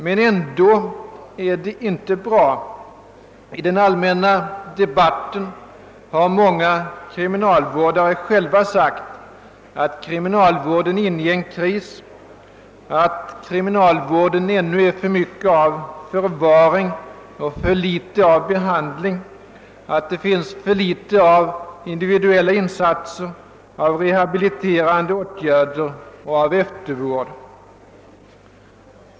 Men ändå är det inte bra. I den allmänna debatten har många kriminalvårdare själva sagt att kriminalvården är inne i en kris, att kriminalvården ännu är för mycket av förvaring och för litet av behandling, att det finns för litet av individuella insatser, av rehabiliterande åtgärder och av eftervård.